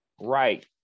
right